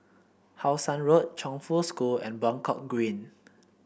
How Sun Road Chongfu School and Buangkok Green